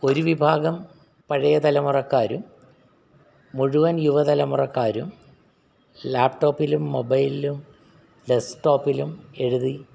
ഒരു വിഭാഗം പഴയ തലമുറക്കാരും മുഴുവൻ യുവ തലമുറക്കാരും ലാപ്ടോപ്പിലും മൊബൈലിലും ഡെസ്ക് ടോപ്പിലും എഴുതി